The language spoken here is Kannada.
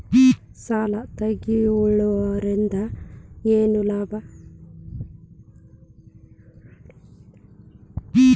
ಸಾಲ ತಗೊಳ್ಳುವುದರಿಂದ ಏನ್ ಲಾಭ?